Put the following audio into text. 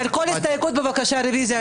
על כל הסתייגות בבקשה רוויזיה.